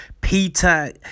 Peter